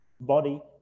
body